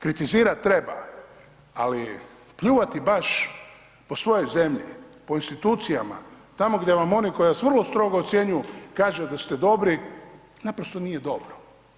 Kritizirat treba, ali pljuvati baš po svojoj zemlji, po institucijama, tamo gdje vam oni koji vas vrlo strogo ocjenjuju kažu da ste dobri, naprosto nije dobro.